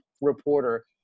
reporter